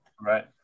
Right